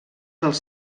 dels